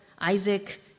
Isaac